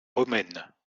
romaines